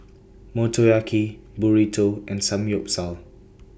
Motoyaki Burrito and Samgeyopsal